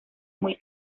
muy